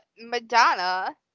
madonna